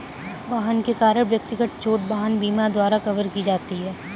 वाहन के कारण व्यक्तिगत चोट वाहन बीमा द्वारा कवर की जाती है